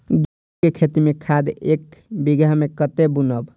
गेंहू के खेती में खाद ऐक बीघा में कते बुनब?